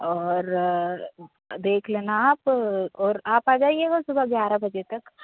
और देख लेना आप और आप आ जाइएगा और सुबह ग्यारह बजे तक